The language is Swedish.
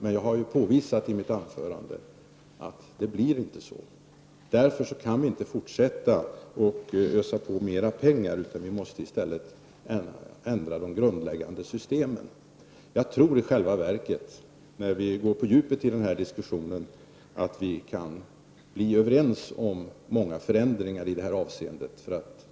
Men jag påvisade i mitt anförande att så inte blir fallet. Därför kan vi inte fortsätta att ösa ut mera pengar, utan vi måste i stället ändra det grundläggande systemet. Jag tror att vi i själva verket, när vi går på djupet i denna diskussion, kan bli överens om många förändringar i detta avseende.